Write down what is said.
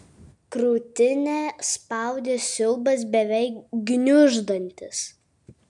krūtinę spaudė siaubas beveik gniuždantis